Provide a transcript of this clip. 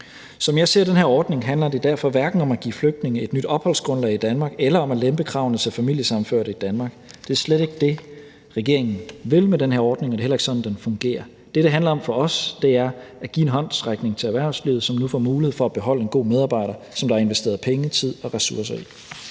her ordning, handler det derfor hverken om at give flygtninge et nyt opholdsgrundlag i Danmark eller om at lempe kravene til familiesammenførte i Danmark. Det er slet ikke det, regeringen vil med den her ordning, og det er heller ikke sådan, den fungerer. Det, det handler om for os, er at give en håndsrækning til erhvervslivet, som nu får mulighed for at beholde en god medarbejder, som der er investeret penge, tid og ressourcer i.